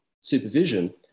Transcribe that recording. supervision